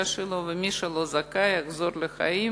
ומי שלא זכאי יחזור לחיים